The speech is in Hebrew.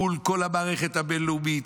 מול כל המערכת הבין-לאומית,